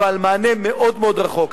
אבל מענה מאוד מאוד רחוק.